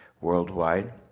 worldwide